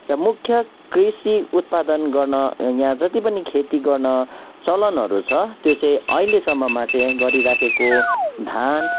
र मुख्य कृषि उत्पादन गर्न यहाँ जति पनि खेती गर्न चलनहरू छ त्यो चाहिँ अहिलेसम्ममा चाहिँ गरिरहेको धान